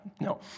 no